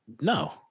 No